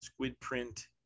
Squidprint